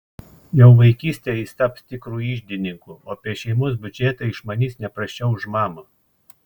jau vaikystėje jis taps tikru iždininku o apie šeimos biudžetą išmanys ne prasčiau už mamą